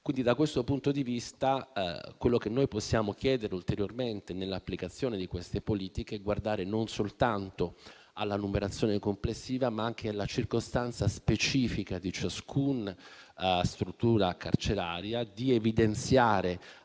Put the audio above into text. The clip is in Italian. essere presenti per piano. Quello che possiamo chiedere ulteriormente, nell'applicazione delle politiche, è di guardare non soltanto alla numerazione complessiva, ma anche alla circostanza specifica di ciascuna struttura carceraria, di evidenziare